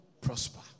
prosper